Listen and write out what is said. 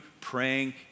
praying